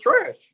trash